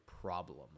problem